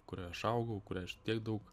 kurioj aš augau kuriai aš tiek daug